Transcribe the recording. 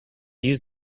use